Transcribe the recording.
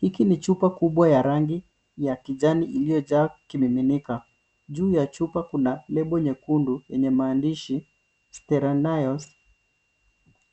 Hiki ni chupa kubwa ya rangi ya kijani iliyojaa kimiminika. Juu ya chupa kuna lebo nyekundu yenye maandishi, steranios.